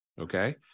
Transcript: Okay